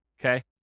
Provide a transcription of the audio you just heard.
okay